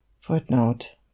footnote